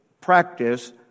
practice